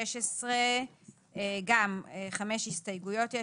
16 גם חמש הסתייגויות.